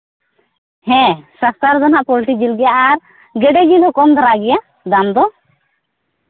ᱦᱮᱸ ᱥᱚᱥᱛᱟ ᱨᱮᱫᱚ ᱦᱟᱸᱜ ᱯᱳᱞᱴᱨᱤ ᱡᱤᱞ ᱜᱮ ᱟᱨ ᱜᱮᱰᱮ ᱡᱤᱞ ᱦᱚᱸ ᱠᱚᱢ ᱫᱷᱟᱨᱟ ᱜᱮᱭᱟ ᱫᱟᱢ ᱫᱚ